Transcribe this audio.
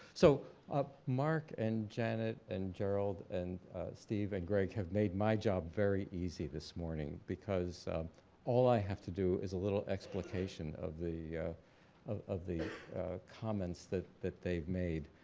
so mark and janet and gerald and steve and greg have made my job very easy this morning because all i have to do is a little explanation of the of the comments that that they've made.